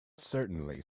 certainly